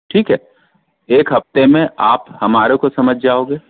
ठीक है एक हफ्ते में आप हमारे को समझ जाओगे